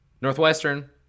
northwestern